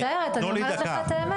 אני אומרת לך את האמת.